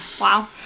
Wow